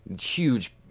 huge